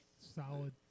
Solid